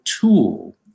tool